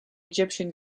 egyptian